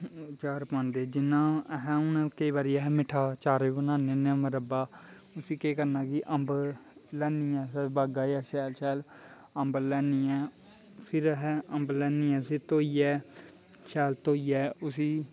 चा'र पांदे जि'यां अस हून केईं बारी अस मिट्ठा चा'र बी बनाने होन्ने आं मरब्बा उस्सी केह् करना कि अम्ब लेआने होन्ने अस बागै चा शैल शैल फिर लेआनियै फिर अस अम्ब लैने फिर धोइयै शैल धोइयै उस्सी